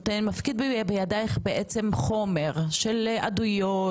מפקיד בידייך בעצם חומר של עדויות,